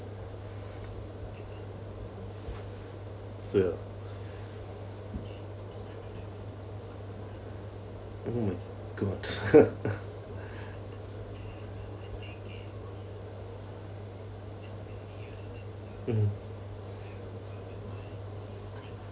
sure mm good mm